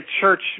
Church